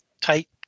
tight